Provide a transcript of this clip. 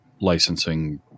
licensing